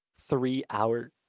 three-hour